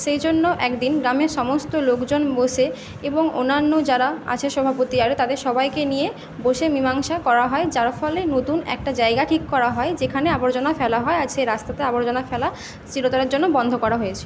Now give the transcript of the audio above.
সেই জন্য একদিন গ্রামের সমস্ত লোকজন বসে এবং অন্যান্য যারা আছে সভাপতি আরও তাদের সবাইকে নিয়ে বসে মীমাংসা করা হয় যার ফলে নতুন একটা জায়গা ঠিক করা হয় যেখানে আবর্জনা ফেলা হয় আর সেই রাস্তাতে আবর্জনা ফেলা চিরতরের জন্য বন্ধ করা হয়েছিলো